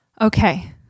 okay